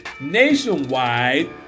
nationwide